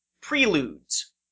Preludes